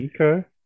okay